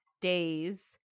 days